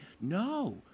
No